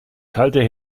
kalte